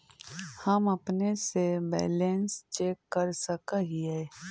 हम अपने से बैलेंस चेक कर सक हिए?